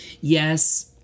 Yes